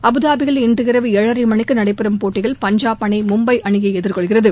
அபுதாபியில் இன்றிரவு ஏழரை மணிக்கு நடைபெறும் போட்டியில் பஞ்சாப் அணி மும்பை அணியை எதிர்கொள்கிறது